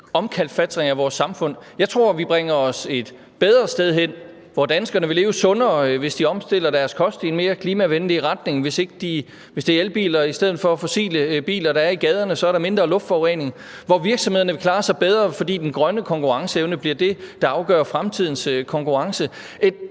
omkalfatringer af vores samfund. Jeg tror, vi bringer os et bedre sted hen, hvor danskerne vil leve sundere, hvis de omstiller deres kost i en mere klimavenlig retning, og hvis det er elbiler, der er i gaderne i stedet for fossilbiler, er der mindre luftforurening; hvor virksomhederne vil klare sig bedre, fordi den grønne konkurrenceevne bliver det, der afgør fremtidens konkurrence.